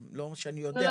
תיאורטית,